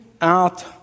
out